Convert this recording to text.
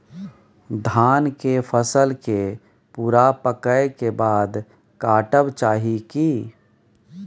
धान के फसल के पूरा पकै के बाद काटब चाही की?